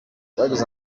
twagize